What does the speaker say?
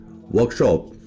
workshop